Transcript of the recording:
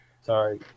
Sorry